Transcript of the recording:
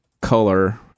color